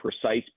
precise